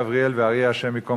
גבריאל ואריה הי"ד,